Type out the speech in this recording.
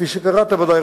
כפי שקראת ודאי,